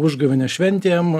užgavėnes šventėm